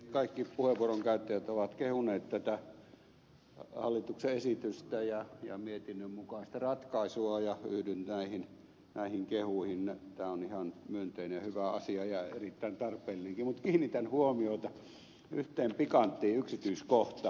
kaikki puheenvuoron käyttäjät ovat kehuneet tätä hallituksen esitystä ja mietinnön mukaista ratkaisua ja yhdyn näihin kehuihin että tämä on ihan myönteinen ja hyvä asia ja erittäin tarpeellinenkin mutta kiinnitän huomiota yhteen pikanttiin yksityiskohtaan